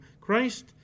Christ